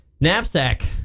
Knapsack